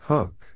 Hook